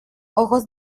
ojos